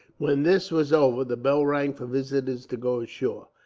when this was over, the bell rang for visitors to go ashore.